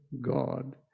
God